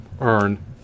earn